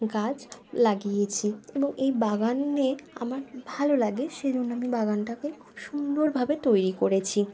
গাছ লাগিয়েছি এবং এই বাগানে আমার ভালো লাগে সে জন্য আমি বাগানটাকে খুব সুন্দরভাবে তৈরি করেছি